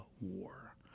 war